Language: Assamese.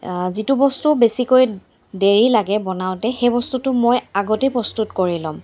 যিটো বস্তু বেছিকৈ দেৰি লাগে বনাওঁতে সেই বস্তুটো মই আগতেই প্ৰস্তুত কৰি ল'ম